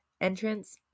entrance